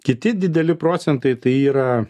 kiti dideli procentai tai yra